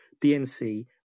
DNC